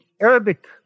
Arabic